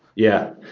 yeah.